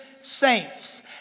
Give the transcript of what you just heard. saints